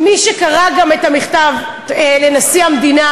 מי שקרא גם את המכתב לנשיא המדינה,